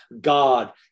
God